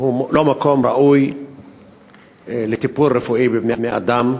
הוא לא מקום ראוי לטיפול רפואי בבני-אדם.